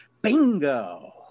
Bingo